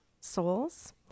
souls